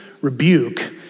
rebuke